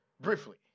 Briefly